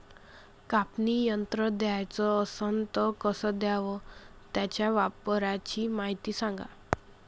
कापनी यंत्र घ्याचं असन त कस घ्याव? त्याच्या वापराची मायती सांगा